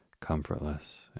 comfortless